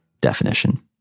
definition